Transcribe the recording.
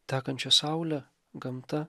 tekančia saule gamta